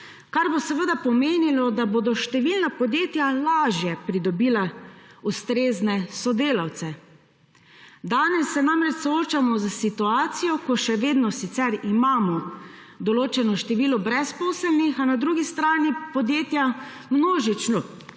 kar bo seveda pomenila, da bodo številna podjetja lažje pridobila ustrezne sodelavce. Danes se namreč soočamo s situacijo, ko še vedno sicer imamo določeno število brezposelnih, a na drugi strani podjetja množično